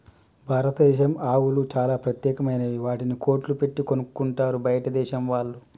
భారతదేశం ఆవులు చాలా ప్రత్యేకమైనవి వాటిని కోట్లు పెట్టి కొనుక్కుంటారు బయటదేశం వాళ్ళు